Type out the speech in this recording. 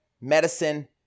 medicine